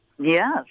Yes